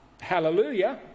hallelujah